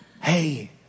Hey